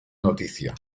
noticia